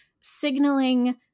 signaling